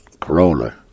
Corolla